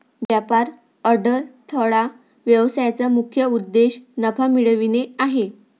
व्यापार अडथळा व्यवसायाचा मुख्य उद्देश नफा मिळवणे आहे